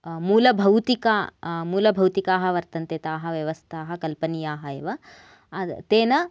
मूलभौतिक मूलभौतिकाः वर्तन्ते ताः व्यवस्थाः कल्पनीयाः एव तेन